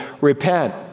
Repent